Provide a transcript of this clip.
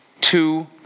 two